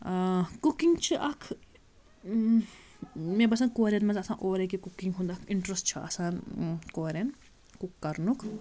cooking چھِ اَکھ مےٚ باسان کورٮ۪ن منٛز آسان اورَے کہِ کُکِنٛگ ہُنٛد اَکھ اِنٹرٛسٹ چھُ آسان کورٮ۪ن کُک کَرنُک